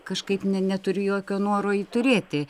kažkaip ne neturiu jokio noro jį turėti